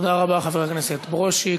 תודה רבה, חבר הכנסת ברושי.